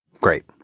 Great